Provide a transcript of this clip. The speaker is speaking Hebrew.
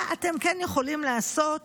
מה אתם כן יכולים לעשות